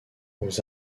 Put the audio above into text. aux